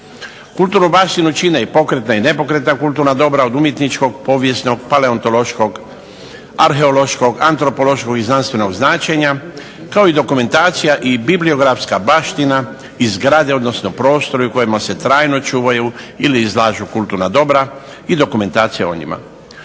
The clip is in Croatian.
Kulturnu baštinu čine i pokretna i nepokretna kulturna dobra, od umjetničkog, povijesnog, paleontološkog, arheološkog, antropološkog i znanstvenog značenja, kao i dokumentacija i bibliografska baština i zgrade odnosno prostori u kojima se trajno čuvaju ili izlažu kulturna dobra i dokumentacija o njima.